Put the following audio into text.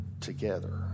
together